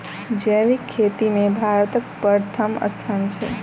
जैबिक खेती मे भारतक परथम स्थान छै